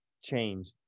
change